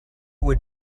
would